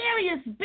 serious